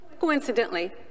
Coincidentally